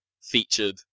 featured